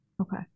okay